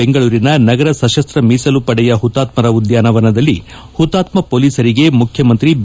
ಬೆಂಗಳೂರಿನ ನಗರ ಸಶಸ್ತ ಮೀಸಲು ಪಡೆಯ ಹುತಾತ್ಕರ ಉದ್ಯಾನವನದಲ್ಲಿ ಹುತಾತ್ಕ ಹೊಲೀಸರಿಗೆ ಮುಖ್ಯಮಂತ್ರಿ ಬಿ